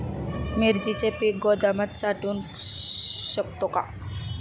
मिरचीचे पीक गोदामात साठवू शकतो का?